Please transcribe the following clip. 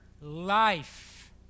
life